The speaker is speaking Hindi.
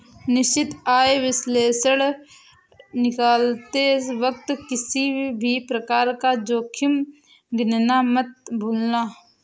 निश्चित आय विश्लेषण निकालते वक्त किसी भी प्रकार का जोखिम गिनना मत भूलना